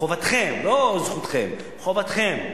חובתכם, לא זכותכם, חובתכם,